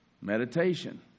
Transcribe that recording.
Meditation